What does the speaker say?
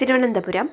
Thiruvananthapuram